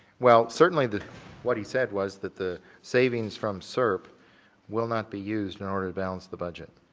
well certainly the what he said was that the savings from srp will not be used in order to balance the budget.